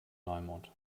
neumond